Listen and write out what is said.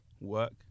work